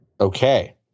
Okay